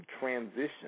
transition